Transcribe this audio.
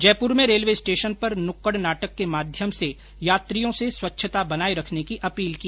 जयपुर में railway station पर नुक्कड नाटक के माध्यम से यात्रियों से स्वच्छता बनाए रखने की अपील की